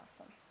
awesome